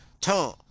Tom